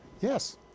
Yes